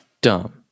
Dumb